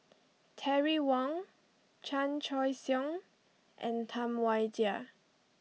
Terry Wong Chan Choy Siong and Tam Wai Jia